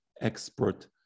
expert